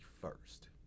first